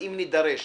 ואם נידרש